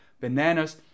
bananas